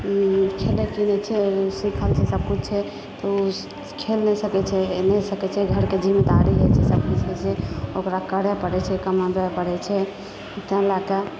खेलयके नहि छै सिखल छै सभकुछे पर ओ खेल नहि सकैत छै आनि नहि सकैत छै घरके जिम्मेवारी होइत छै सभकुछके ओकरा करय पड़ैत छै कमबय पड़ैत छै तैं लैकऽ